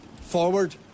forward